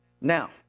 Now